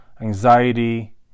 anxiety